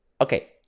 Okay